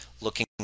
looking